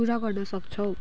पुरा गर्न सक्छौँ